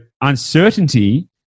uncertainty